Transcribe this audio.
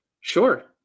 Sure